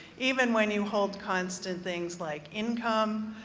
even when you hold constant things like income,